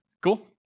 Cool